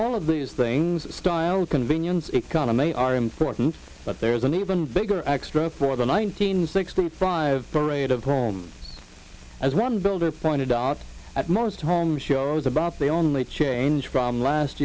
all of these things style convenience economy are important but there is an even bigger extra for the nineteen sixty five parade of rome as one builder pointed out at most home shows about the only change from last